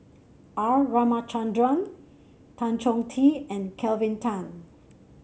R Ramachandran Tan Chong Tee and Kelvin Tan